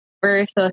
versus